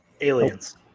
Aliens